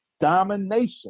Domination